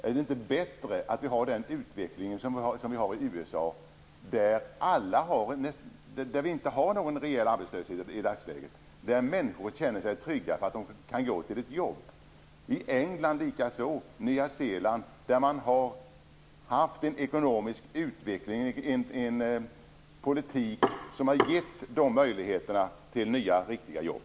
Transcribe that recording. Är det inte bättre att ha en likadan utveckling som i USA, där det inte finns reell arbetslöshet i dagsläget, där människor kan känna sig trygga för att de kan gå till ett jobb? I England och Nya Zeeland är det likaså. Där har man haft en ekonomisk utveckling och politik som har gett möjligheterna till nya, riktiga jobb.